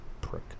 prick